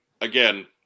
again